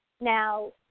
Now